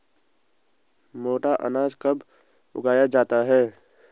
मोटा अनाज कब उगाया जाता है?